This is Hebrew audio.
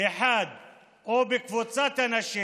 אחד או בקבוצת אנשים